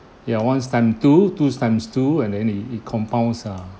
ya one times two two times two and then it it compounds err